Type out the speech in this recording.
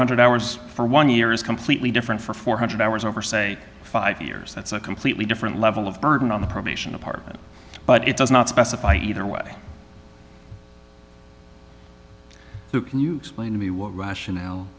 hundred hours for one year is completely different for four hundred hours over say five years that's a completely different level of burden on the probation department but it does not specify either way can you explain to me what rationale